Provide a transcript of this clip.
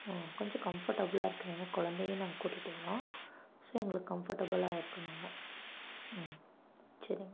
ம் கொஞ்சம் கம்ஃபர்டபுளாக இருக்கணும் ஏன்னா குழந்தையும் நாங்கள் கூட்டிட்டு வரோம் ஸோ எங்களுக்கு கம்ஃபர்டபுளாக இருக்கணுங்க ம் சரிங்க